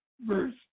verse